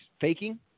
faking